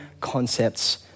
concepts